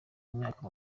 imyaka